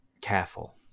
careful